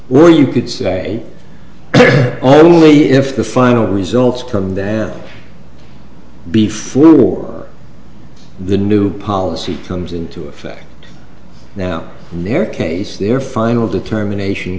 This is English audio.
were you could say only if the final results come then before the new policy comes into effect now in their case their final determination